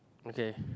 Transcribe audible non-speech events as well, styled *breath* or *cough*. okay *breath*